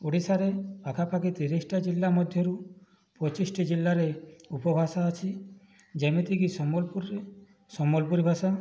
ଓଡ଼ିଶାରେ ପାଖା ପାଖି ତିରିଶଟା ଜିଲ୍ଲା ମଧ୍ୟରୁ ପଚିଶଟି ଜିଲ୍ଲାରେ ଉପଭାଷା ଅଛି ଯେମିତିକି ସମ୍ବଲପୁରରେ ସମ୍ବଲପୁରୀ ଭାଷା